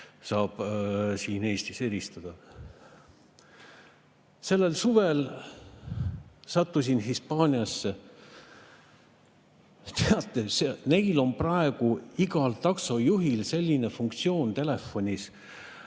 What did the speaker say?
saab siin Eestis eristada. Sellel suvel ma sattusin Hispaaniasse. Neil on praegu igal taksojuhil selline funktsioon telefonis: